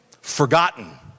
forgotten